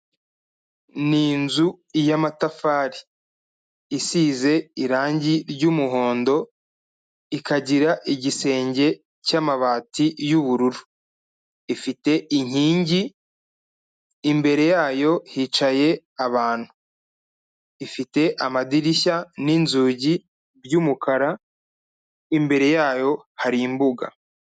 Ni inzu y'amatafari, isize irangi ry'umuhondo, ikagira igisenge cy'amabati y'ubururu, ifite inkingi imbere yayo hicaye abantu, ifite amadirishya n'inzugi by'umukara, imbere yayo hari imbuga.